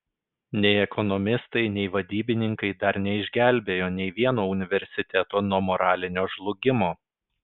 nei ekonomistai nei vadybininkai dar neišgelbėjo nei vieno universiteto nuo moralinio žlugimo